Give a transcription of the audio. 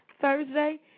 Thursday